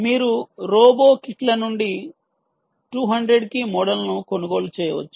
మీరు రోబోకిట్ల నుండి 200 కి మోడల్ను కొనుగోలు చేయవచ్చు